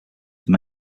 were